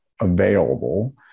available